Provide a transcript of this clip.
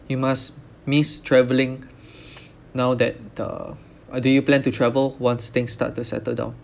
you must miss traveling now that the uh do you plan to travel once things start to settle down